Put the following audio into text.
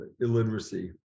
illiteracy